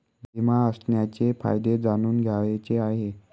विमा असण्याचे फायदे जाणून घ्यायचे आहे